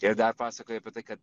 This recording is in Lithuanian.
ir dar pasakoja apie tai kad